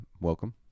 Welcome